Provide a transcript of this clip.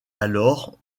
alors